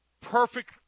perfect